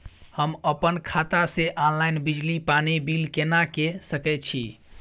हम अपन खाता से ऑनलाइन बिजली पानी बिल केना के सकै छी?